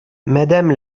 madame